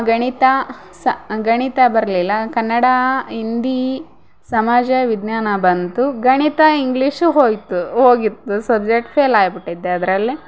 ಗಣಿತ ಸ ಗಣಿತ ಬರಲಿಲ್ಲ ಕನ್ನಡ ಹಿಂದಿ ಸಮಾಜ ವಿಜ್ಞಾನ ಬಂತು ಗಣಿತ ಇಂಗ್ಲೀಷ್ ಹೋಯಿತು ಹೋಗಿತ್ತು ಸಬ್ಜೆಕ್ಟ್ ಫೇಲ್ ಆಯ್ಬುಟ್ಟಿದ್ದೆ ಅದರಲ್ಲಿ